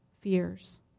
fears